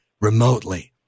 remotely